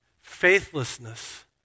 Faithlessness